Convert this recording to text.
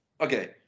Okay